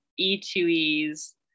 E2E's